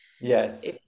yes